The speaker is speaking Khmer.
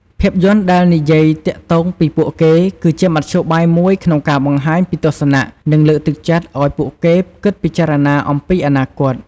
ភាពយន្តដែលនិយាយទាក់ទងពីពួកគេ គឺជាមធ្យោបាយមួយក្នុងការបង្ហាញពីទស្សនៈ និងលើកទឹកចិត្តឱ្យពួកគេគិតពិចារណាអំពីអនាគត។